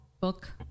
book